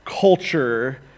culture